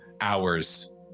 hours